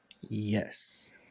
Yes